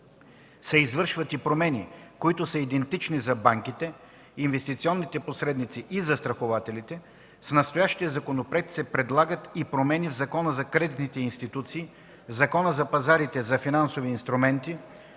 се извършват и промени, които са идентични за банките, инвестиционните посредници и застрахователите, с настоящия законопроект се предлагат и промени в Закона за кредитните институции, Закона за пазарите за финансови инструменти,